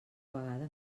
vegada